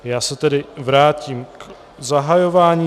Já se tedy vrátím k zahajování.